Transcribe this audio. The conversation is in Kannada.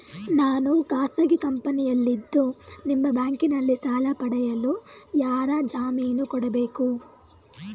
ನಾನು ಖಾಸಗಿ ಕಂಪನಿಯಲ್ಲಿದ್ದು ನಿಮ್ಮ ಬ್ಯಾಂಕಿನಲ್ಲಿ ಸಾಲ ಪಡೆಯಲು ಯಾರ ಜಾಮೀನು ಕೊಡಬೇಕು?